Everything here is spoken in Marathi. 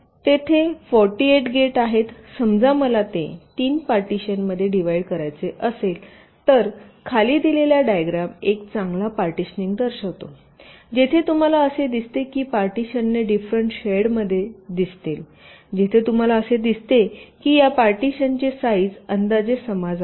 तेथे 48 गेट आहेत समजा मला ते 3 पार्टिशनमध्ये डिव्हाईड करायचे असेल तर खाली दिलेला डायग्रॅम एक चांगला पार्टिशनिंग दर्शवितो जिथे तुम्हाला असे दिसते की पार्टिशनने डिफरेंट शेडमध्ये दिसतील जिथे तुम्हाला असे दिसते की या पार्टिशनचे साईज अंदाजे समान आहेत